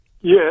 Yes